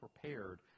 prepared